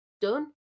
done